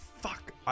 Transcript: fuck